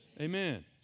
amen